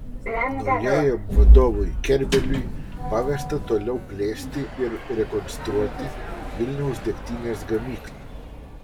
naujajam vadovui kerbeliui pavesta toliau plėsti ir rekonstruoti vilniaus degtinės gamyklą